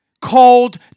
called